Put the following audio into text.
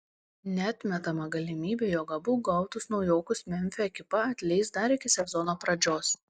neatmetama galimybė jog abu gautus naujokus memfio ekipa atleis dar iki sezono pradžios